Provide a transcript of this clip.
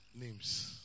names